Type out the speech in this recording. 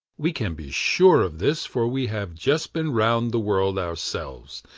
we can be sure of this for we have just been round the world ourselves,